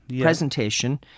Presentation